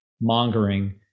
mongering